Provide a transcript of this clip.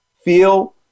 feel